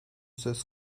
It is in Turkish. söz